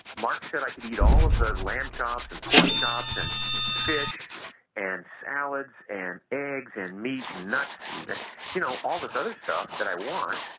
mark said i could eat all of the lamb chops and pork chops and fish and salads and eggs and meat, nuts, and you know, all those other stuff that i want,